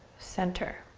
center.